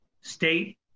state